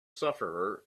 sufferer